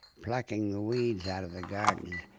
plucking the weeds out of the garden.